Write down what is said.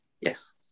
yes